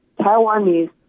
Taiwanese